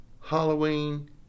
Halloween